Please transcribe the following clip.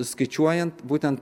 skaičiuojant būtent